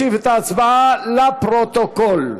הצעת החוק התקבלה בקריאה טרומית